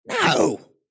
No